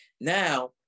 Now